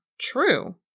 true